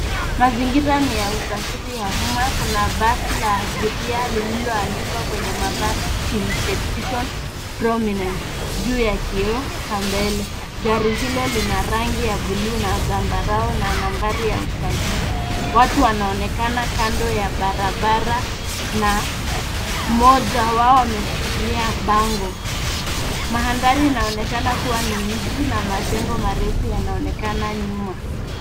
Mazingira ni ya usafiri ya umma, kuna basi la abiria lililoandikwa kwenye mabano team petition prominent juu ya kioo cha mbele. Gari hilo lina rangi ya buluu na zambarau na nambari ya usajili. Watu wanaonekana kando ya barabara na mmoja wao ameshikilia bango. Mandhari inaonekana kuwa ni mji na majengo marefu yanaonekana nyuma.